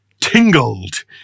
Tingled